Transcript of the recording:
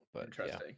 Interesting